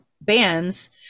bands